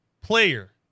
player